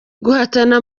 guhatana